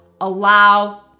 allow